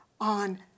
on